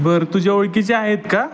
बरं तुझ्या ओळखीचे आहेत का